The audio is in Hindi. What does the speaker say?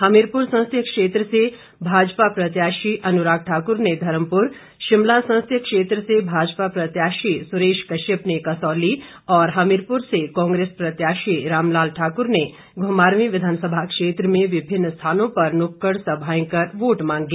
हमीरपुर संसदीय क्षेत्र से भाजपा प्रत्याशी अनुराग ठाकुर ने धर्मपुर शिमला संसदीय क्षेत्र से भाजपा प्रत्याशी सुरेश कश्यप ने कसौली और हमीरपुर से कांग्रेस प्रत्याशी राम लाल ठाकर ने घुमारवीं विधानसभा क्षेत्र में विभिन्न स्थानों पर नुक्कड़ सभाएं कर वोट मांगे